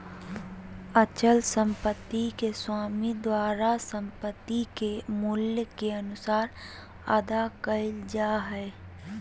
अचल संपत्ति के स्वामी द्वारा संपत्ति के मूल्य के अनुसार अदा कइल जा हइ